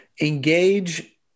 Engage